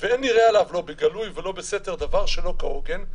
" ואין נראה עליו לא בגלוי ולא בסתר דבר שלא כהוגן,